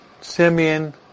Simeon